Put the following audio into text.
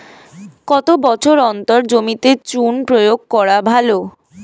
কত বছর অন্তর জমিতে চুন প্রয়োগ করা ভালো?